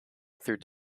through